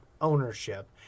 ownership